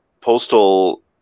postal